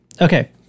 okay